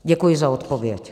Děkuji za odpověď.